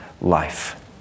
life